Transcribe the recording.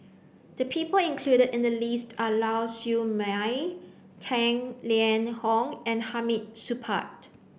the people included in the list are Lau Siew Mei Tang Liang Hong and Hamid Supaat